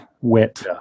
wit